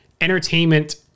entertainment